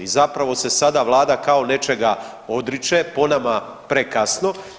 I zapravo se sada Vlada kao nečega odriče, po nama prekasno.